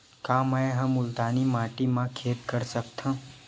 का मै ह मुल्तानी माटी म खेती कर सकथव?